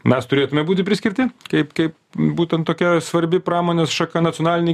mes turėtume būti priskirti kaip kaip būtent tokia svarbi pramonės šaka nacionalinei